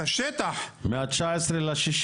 מה-19.6.